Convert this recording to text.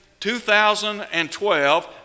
2012